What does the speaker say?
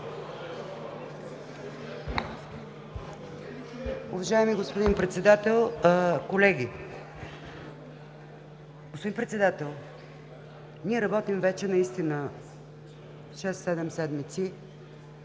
Уважаеми господин Председател, колеги! Господин Председател, ние работим вече 6 – 7 седмици.